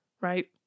right